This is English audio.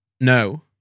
no